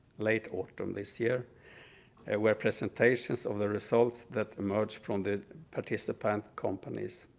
late autumn, this year and where presentations of the results that emerge from the participant companies.